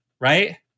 right